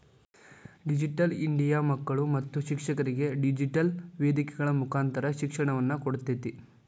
digital India ಮಕ್ಕಳು ಮತ್ತು ಶಿಕ್ಷಕರಿಗೆ ಡಿಜಿಟೆಲ್ ವೇದಿಕೆಗಳ ಮುಕಾಂತರ ಶಿಕ್ಷಣವನ್ನ ಕೊಡ್ತೇತಿ